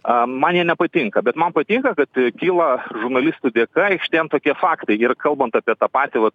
a man jie nepatinka bet man patinka kad kyla žurnalistų dėka aikštėn tokie faktai ir kalbant apie tą patį vat